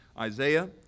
isaiah